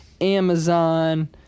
Amazon